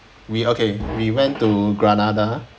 we okay we went to granada